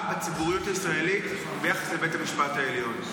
בציבוריות הישראלית ביחס לבית המשפט העליון.